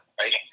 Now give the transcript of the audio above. right